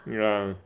yeah